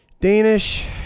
Danish